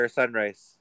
sunrise